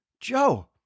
Joe